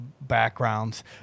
backgrounds